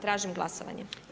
Tražim glasovanje.